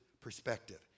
perspective